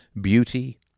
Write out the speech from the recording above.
beauty